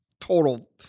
total